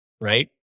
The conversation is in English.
right